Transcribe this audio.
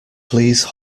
please